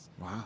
Wow